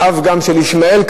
ואב גם של ישמעאל,